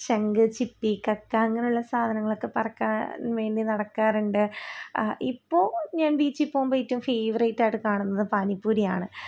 ശംഖ് ചിടപ്പി കക്കാ അങ്ങനെയുള്ള സാധനങ്ങളൊക്കെ പറക്കാൻ വേണ്ടി നടക്കാറുണ്ട് ഇപ്പോൾ ഞാൻ ബീച്ചിൽ പോകുമ്പോൾ ഏറ്റവും ഫേവററ്റായിട്ട് കാണുന്നത് പാനി പൂരി ആണ്